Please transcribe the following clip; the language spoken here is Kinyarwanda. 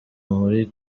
muri